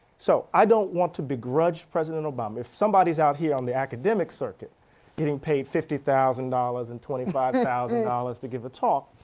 so i don't want to begrudge president obama. somebody is out here on the academic circuit getting paid fifty thousand dollars and twenty five thousand dollars to give a talk.